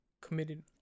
committed